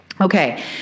Okay